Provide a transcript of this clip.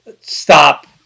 stop